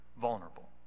vulnerable